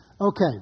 Okay